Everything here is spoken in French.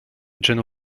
john